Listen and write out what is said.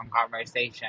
conversation